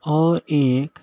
اور ایک